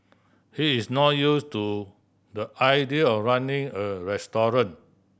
he's not use to the idea of running a restaurant